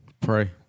pray